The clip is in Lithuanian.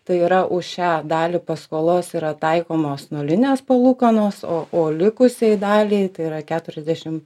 tai yra už šią dalį paskolos yra taikomos nulinės palūkanos o o likusiai daliai tai yra keturiasdešim